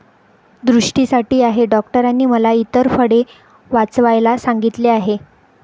दृष्टीसाठी आहे डॉक्टरांनी मला इतर फळे वाचवायला सांगितले आहे